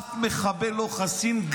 אף מחבל לא חסין,